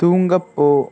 தூங்கப் போ